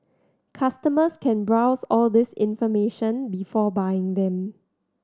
customers can browse all this information before buying them